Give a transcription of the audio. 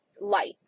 light